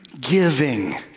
giving